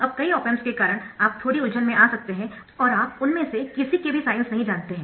अब कई op amps के कारण आप थोड़ी उलझन में आ सकते है और आप उनमें से किसी के भी साइन्स नहीं जानते है